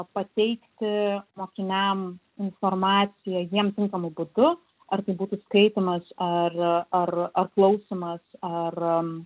pateikti mokiniam informaciją jiem tinkamu būdu ar tai būtų skaitymas ar ar ar klausymas ar